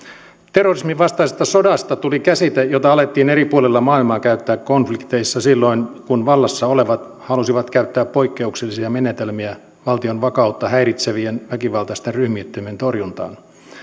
terrorismin vastaisesta sodasta tuli käsite jota alettiin eri puolilla maailmaa käyttää konflikteissa silloin kun vallassa olevat halusivat käyttää poikkeuksellisia menetelmiä valtion vakautta häiritsevien väkivaltaisten ryhmittymien torjuntaan